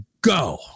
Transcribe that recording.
go